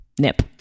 nip